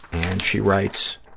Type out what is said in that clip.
and she writes,